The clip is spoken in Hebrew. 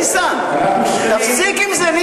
ניסן, תפסיק עם זה.